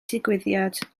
digwyddiad